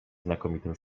znakomitym